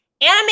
anime